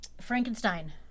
Frankenstein